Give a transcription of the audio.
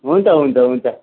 हुन्छ हुन्छ हुन्छ